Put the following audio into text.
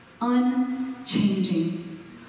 unchanging